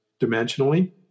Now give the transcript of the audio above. dimensionally